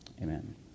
Amen